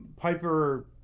Piper